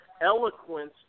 eloquence